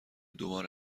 دوباره